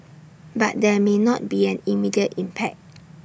but there may not be an immediate impact